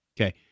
Okay